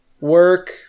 Work